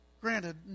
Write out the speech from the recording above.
granted